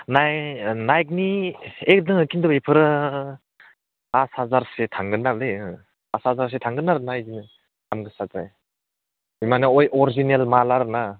नाइकनि ओइ दङ खिन्थु बेफोरो आथ हाजारसो थांगोन दांलै ओं आथ हाजारसो थांगोन आरोना बिदिनो दाम गोगसाथार माने बै अरजिनेल माल आरोना